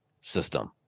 system